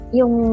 yung